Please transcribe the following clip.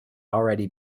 already